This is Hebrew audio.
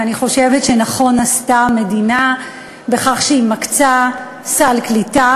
ואני חושבת שנכון עשתה המדינה בכך שהיא מקצה סל קליטה,